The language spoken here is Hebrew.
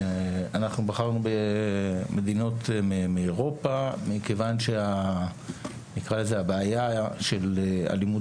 אנחנו בחרנו במדינות מאירופה מכיוון שהבעיה של אלימות